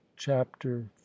Chapter